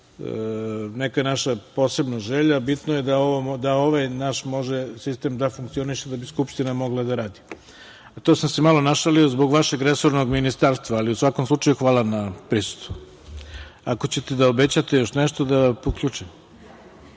neka naša posebna želja, bitno je da ovaj sistem može da funkcioniše da bi Skupština mogla da radi. Malo sam se našalio zbog vašeg resornog ministarstva, ali u svakom slučaju hvala na prisustvu. Ako ćete da obećate još nešto, da uključim